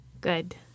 Good